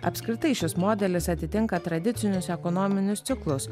apskritai šis modelis atitinka tradicinius ekonominius ciklus